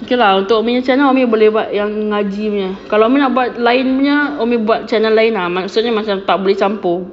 okay lah untuk umi punya channel umi boleh buat yang ngaji punya kalau umi nak buat lain punya umi buat channel lain lah maksudnya tak boleh campur